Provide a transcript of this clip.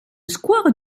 square